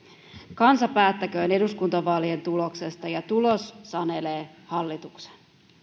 kansa päättäköön eduskuntavaalien tuloksesta ja tulos sanelee hallituksen